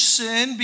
sin